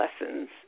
lessons